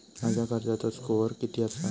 माझ्या कर्जाचो स्कोअर किती आसा?